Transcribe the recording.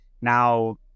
now